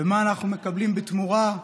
ומה אנחנו מקבלים בתמורה?